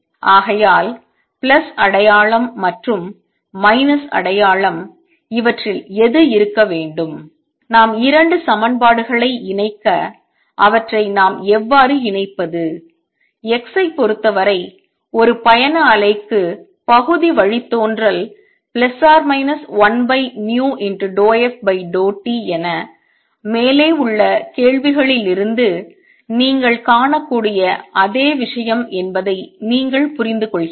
ஆகையால் பிளஸ் அடையாளம் மற்றும் மைனஸ் அடையாளம் இவற்றில் எது இருக்க வேண்டும் நாம் 2 சமன்பாடுகளை இணைக்க அவற்றை நாம் எவ்வாறு இணைப்பது x ஐப் பொறுத்தவரை ஒரு பயண அலைக்கு பகுதி வழித்தோன்றல் 1v∂f∂t என மேலே உள்ள கேள்விகளில் இருந்து நீங்கள் காணக்கூடிய அதே விஷயம் என்பதை நீங்கள் புரிந்துகொள்கிறீர்கள்